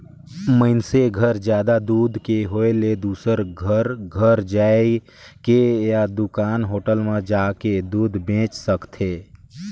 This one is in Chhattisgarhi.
मइनसे घर जादा दूद के होय ले दूसर घर घर जायके या दूकान, होटल म जाके दूद बेंच सकथे